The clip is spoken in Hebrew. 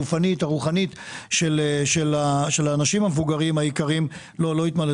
הגופנית והרוחנית של האנשים המבוגרים היקרים לא יהיו.